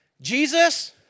Jesus